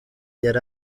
yari